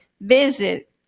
visit